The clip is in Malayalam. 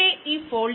2 നോക്കാം